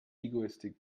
egoistic